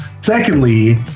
Secondly